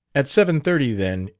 at seven-thirty, then,